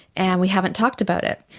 and we haven't talked about it.